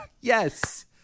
Yes